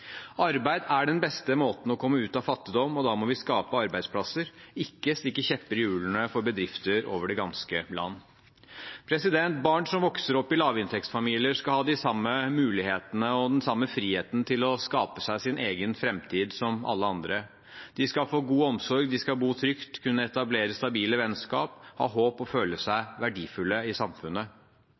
Arbeid er den beste måte å komme ut av fattigdom på, og da må vi skape arbeidsplasser, ikke stikke kjepper i hjulene for bedrifter over det ganske land. Barn som vokser opp i lavinntektsfamilier, skal ha de samme mulighetene og den samme friheten til å skape sin egen framtid som alle andre. De skal få god omsorg, bo trygt, kunne etablere stabile vennskap, ha håp og føle seg verdifulle i samfunnet.